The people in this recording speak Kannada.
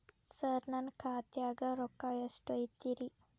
ಸರ ನನ್ನ ಖಾತ್ಯಾಗ ರೊಕ್ಕ ಎಷ್ಟು ಐತಿರಿ?